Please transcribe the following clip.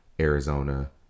Arizona